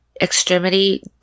extremity